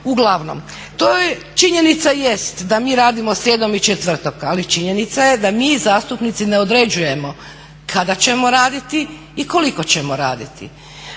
Uglavnom, činjenica jeste da mi radimo srijedom i četvrtkom, ali činjenica je da mi zastupnici ne određujemo kada ćemo raditi i koliko ćemo raditi.